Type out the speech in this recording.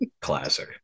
Classic